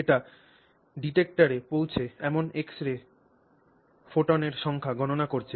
এটি ডিটেক্টারে পৌঁছচ্ছে এমন এক্স রে ফোটনের সংখ্যা গণনা করছে